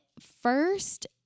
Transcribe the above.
first